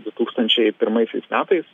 du tūkstančiai pirmaisiais metais